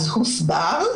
הנושא הוסבר,